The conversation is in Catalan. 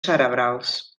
cerebrals